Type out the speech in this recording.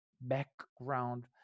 background